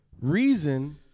Reason